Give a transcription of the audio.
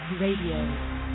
Radio